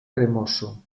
cremoso